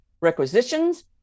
requisitions